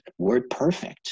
WordPerfect